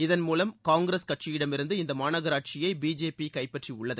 இதன் மூலம் காங்கிரஸ் கட்சியிடமிருந்து இந்த மாநகராட்சியை பிஜேபி கைப்பற்றியுள்ளது